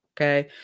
okay